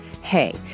Hey